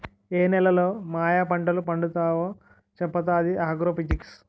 ఏ నేలలో యాయా పంటలు పండుతావో చెప్పుతాది ఆగ్రో ఫిజిక్స్